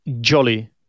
Jolly